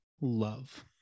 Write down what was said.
love